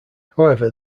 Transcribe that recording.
however